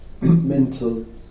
mental